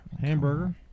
Hamburger